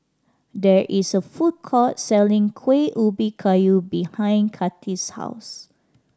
there is a food court selling Kueh Ubi Kayu behind Kati's house